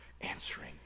answering